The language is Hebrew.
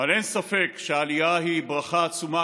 אין ספק שהעלייה היא ברכה עצומה,